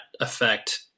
affect